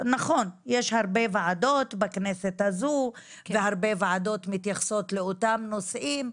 נכון יש הרבה ועדות בכנסת הזו והרבה ועדות מתייחסות לאותם נושאים,